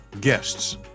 guests